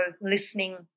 listening